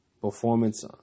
performance